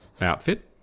outfit